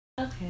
Okay